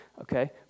okay